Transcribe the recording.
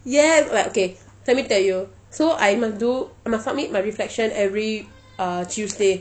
ya like okay let me tell you so I must do I must submit my reflection every uh tuesday